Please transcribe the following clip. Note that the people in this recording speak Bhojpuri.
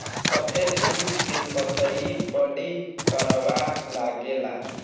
सफेद जुट के पतई बड़ी करवा लागेला